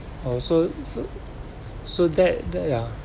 also so so that that ya